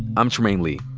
i'm trymaine lee.